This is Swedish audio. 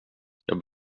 jag